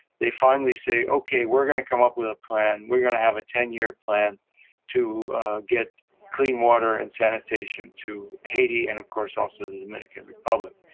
they finally say, okay, we're going to come up with a plan, we're going to have a ten-year plan to get clean water and sanitation to haiti, and, of course, also the dominican republic.